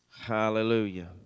Hallelujah